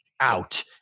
out